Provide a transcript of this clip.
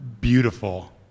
beautiful